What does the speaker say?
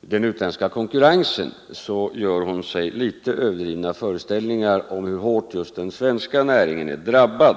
den utländska konkurrensen gör hon sig litet överdrivna föreställningar om hur hårt just den svenska näringen är drabbad.